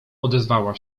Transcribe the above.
odezwała